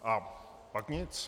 A pak nic.